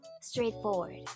Straightforward